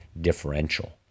differential